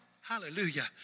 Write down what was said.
Hallelujah